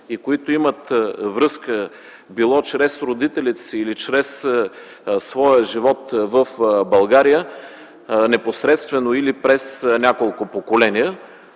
и които имат връзка било чрез родителите си или чрез своя живот в България, непосредствено или през няколко поколения,